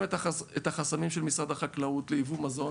את החסמים של משרד החקלאות ליבוא מזון,